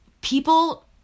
People